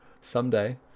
Someday